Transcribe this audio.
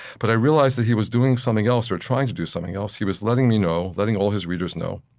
but i realized that he was doing something else, or trying to do something else. he was letting me know, letting all his readers know,